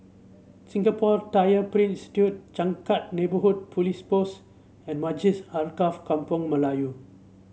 Singapore Tyler Print Institute Changkat Neighbourhood Police Post and Masjid Alkaff Kampung Melayu